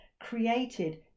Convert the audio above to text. created